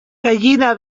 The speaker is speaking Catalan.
gallina